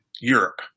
Europe